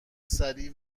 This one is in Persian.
سریع